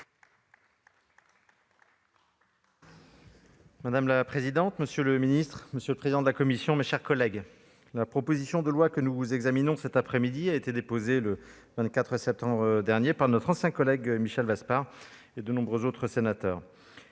Madame la présidente, monsieur le ministre, mes chers collègues, la proposition de loi que nous examinons cet après-midi a été déposée le 24 septembre dernier par notre ancien collègue Michel Vaspart et de nombreux autres sénateurs.